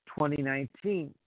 2019